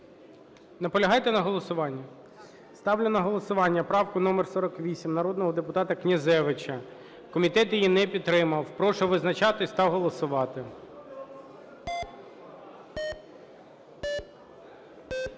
Наполягаєте на голосуванні? Ставлю на голосування правку номер 48 народного депутата Князевича. Комітет її не підтримав. Прошу визначатись та голосувати.